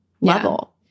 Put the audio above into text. level